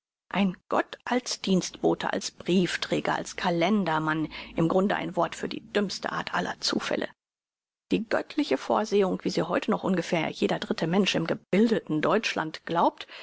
ein gott als dienstbote als briefträger als kalendermann im grunde ein wort für die dümmste art aller zufälle die göttliche vorsehung wie sie heute noch ungefähr jeder dritte mensch im gebildeten deutschland glaubt